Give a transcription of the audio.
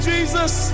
Jesus